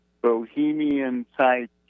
bohemian-type